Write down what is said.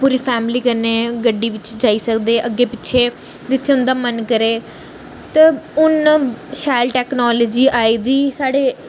पूरी फैमिली कन्नै गड्डी बिच्च जाई सकदे अग्गें पिच्छे जित्थें उं'दा मन करै ते हून शैल टेक्नोलॉजी आई दी साढ़े